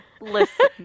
Listen